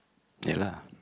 ya lah